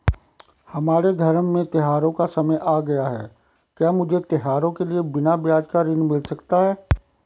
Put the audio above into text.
हमारे धर्म में त्योंहारो का समय आ गया है क्या मुझे त्योहारों के लिए बिना ब्याज का ऋण मिल सकता है?